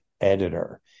editor